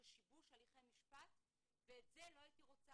לשיבוש הליכי משפט ואת זה לא הייתי רוצה.